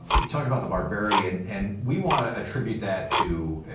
you talk about the barbarity and and we want to attribute that to,